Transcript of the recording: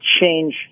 change